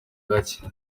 gacye